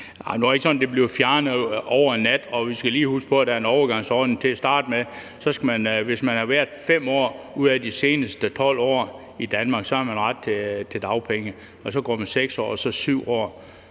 det ikke sådan, at det blev fjernet over en nat. Vi skal lige huske på, at der er en overgangsordning til at starte med. Hvis man har været 5 år ud af de seneste 12 år i Danmark, har man ret til dagpenge, og også 6 år og 7 år